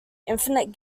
infinite